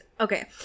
Okay